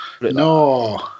no